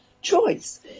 Choice